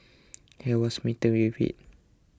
he was smitten with it